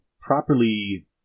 properly